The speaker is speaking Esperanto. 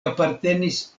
apartenis